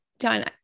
John